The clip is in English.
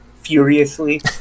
furiously